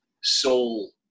soul